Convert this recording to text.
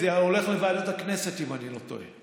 לא, זה הולך לוועדת הכנסת, אם אני לא טועה.